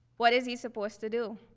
what is he supposed to do?